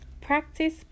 Practice